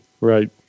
Right